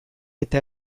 eta